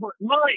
Mike